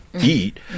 eat